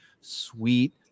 sweet